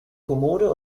kommode